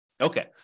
Okay